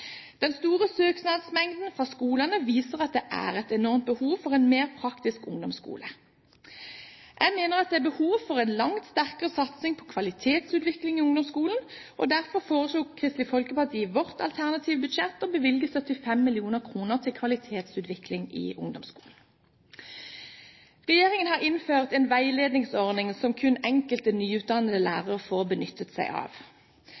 Den store søknadsmengden fra skolene viser at det er et enormt behov for en mer praktisk ungdomsskole. Jeg mener det er behov for en langt sterkere satsing på kvalitetsutvikling i ungdomsskolen. Derfor foreslo Kristelig Folkeparti i sitt alternative budsjett å bevilge 75 mill. kr til kvalitetsutvikling i ungdomsskolen. Regjeringen har innført en veiledningsordning som kun enkelte nyutdannede lærere får benyttet seg av.